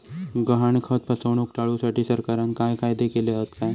गहाणखत फसवणूक टाळुसाठी सरकारना काय कायदे केले हत काय?